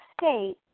state